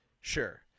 Sure